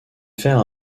faire